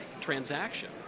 transaction